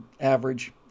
average